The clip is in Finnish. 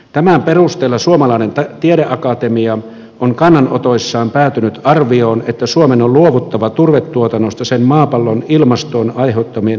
tämän perusteella suomalainen tiedeakatemia on kannanotoissaan päätynyt arvioon että suomen on luovuttava turvetuotannosta sen maapallon ilmastoon aiheuttamien ilmastovaikutusten vuoksi